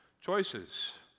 Choices